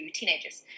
teenagers